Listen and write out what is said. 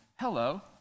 hello